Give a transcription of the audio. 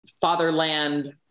fatherland